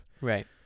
Right